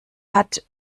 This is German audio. hat